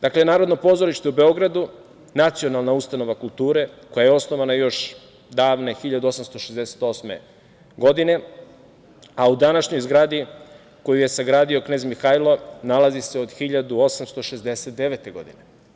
Dakle, Narodno pozorište u Beogradu, nacionalna ustanova kulture koja je osnovana još davne 1868. godine, a u današnjoj zgradi koju je sagradio knez Mihajlo, nalazi se od 1869. godine.